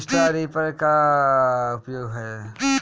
Straw reaper क का उपयोग ह?